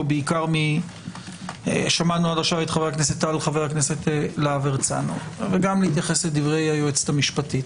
בעיקר מחברי הכנסת טל ולהב הרצנו וגם להתייחס לדברי היועצת המשפטית.